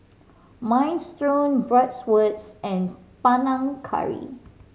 Minestrone Bratwurst and Panang Curry